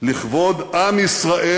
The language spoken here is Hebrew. "לכבוד עם ישראל,